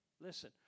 Listen